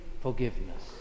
forgiveness